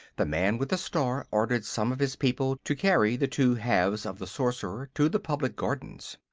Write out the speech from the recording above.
the man with the star ordered some of his people to carry the two halves of the sorcerer to the public gardens.